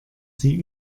sie